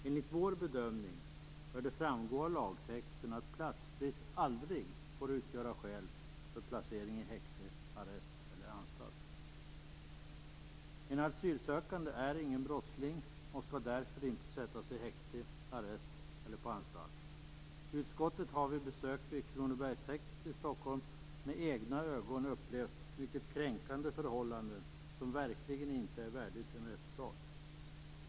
Enligt vår bedömning bör det framgå av lagtexten att platsbrist aldrig får utgöra skäl för placering i häkte, arrest eller på anstalt. En asylsökande är ingen brottsling och skall därför inte sättas i häkte, arrest eller på anstalt. Vi i utskottet har vid besök på Kronobergshäktet i Stockholm med egna ögon sett ett kränkande förhållande som verkligen inte är värdigt en rättsstat.